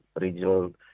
regional